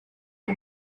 who